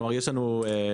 כלומר יש לנו OpenCore,